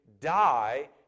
die